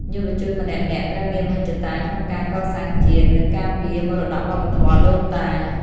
យុវជនម្នាក់ៗត្រូវមានមហិច្ឆតាក្នុងការកសាងជាតិ និងការពារមរតកវប្បធម៌ដូនតា។